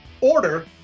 order